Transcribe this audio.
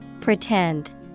Pretend